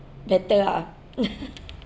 better lah